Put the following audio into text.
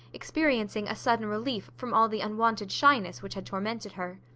experiencing a sudden relief from all the unwonted shyness which had tormented her.